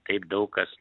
taip daug kas